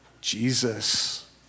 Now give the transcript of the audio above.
Jesus